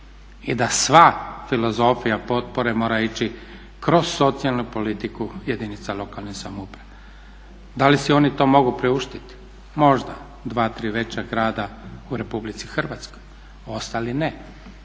i da sva filozofija potpore mora ići kroz socijalnu politiku jedinica lokalne samouprave. Da li si oni to mogu priuštiti? Možda dva, tri veća grada u Republici Hrvatskoj, ostali ne